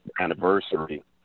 anniversary